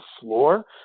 floor